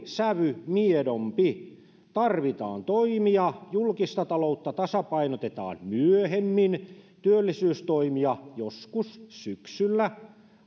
sävy oli miedompi tarvitaan toimia julkista taloutta tasapainotetaan myöhemmin työllisyystoimia joskus syksyllä